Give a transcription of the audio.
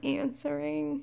answering